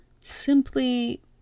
simply